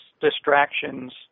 distractions